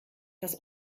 das